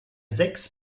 sechs